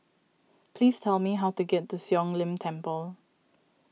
please tell me how to get to Siong Lim Temple